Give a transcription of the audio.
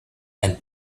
and